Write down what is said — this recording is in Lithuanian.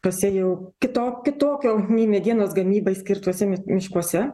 tose jau kito kitokio mi medienos gamybai skirtuose mi miškuose